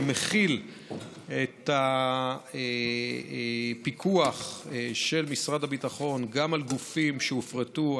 שמחיל את הפיקוח של משרד הביטחון גם על גופים שהופרטו,